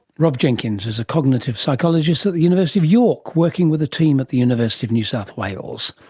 rob jenkins is a cognitive psychologist at the university of york, working with a team at the university of new south wales.